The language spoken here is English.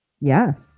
Yes